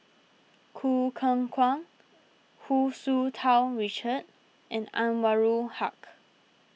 Choo Keng Kwang Hu Tsu Tau Richard and Anwarul Haque